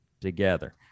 together